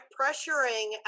pressuring